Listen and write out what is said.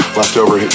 leftover